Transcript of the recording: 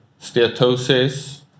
steatosis